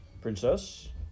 Princess